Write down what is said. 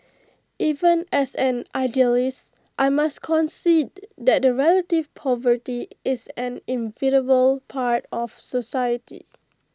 even as an idealist I must concede that relative poverty is an inevitable part of society